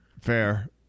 fair